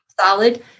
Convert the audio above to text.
solid